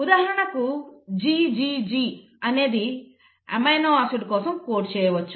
ఉదాహరణకు GGG అనేది amino acid కోసం కోడ్ చేయవచ్చు